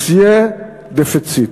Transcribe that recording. Monsieur Deficit.